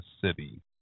city